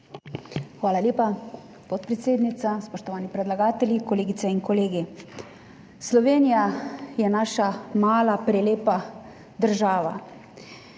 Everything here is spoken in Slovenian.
Hvala lepa, podpredsednica. Spoštovani predlagatelji, kolegice in kolegi! Slovenija je naša mala, prelepa država,